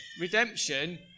Redemption